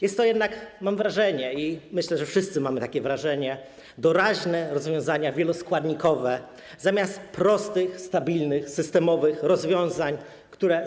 Jest to jednak - mam wrażenie i myślę, że wszyscy mamy takie wrażenie - doraźne rozwiązanie wieloskładnikowe zamiast prostych, stabilnych, systemowych rozwiązań, których